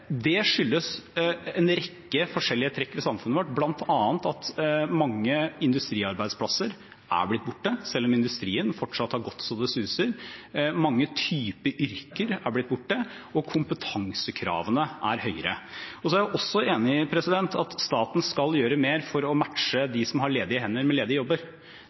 Det skyldes en rekke forskjellige trekk i samfunnet vårt, bl.a. at mange industriarbeidsplasser er blitt borte, selv om industrien fortsatt går så det suser, mange typer yrker har blitt borte, og kompetansekravene er høyere. Så er jeg også enig i at staten skal gjøre mer for å matche dem som har ledige hender, med ledige jobber.